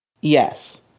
Yes